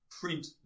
print